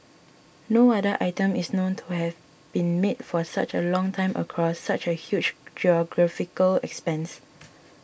no other item is known to have been made for such a long time across such a huge geographical expanse